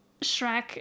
Shrek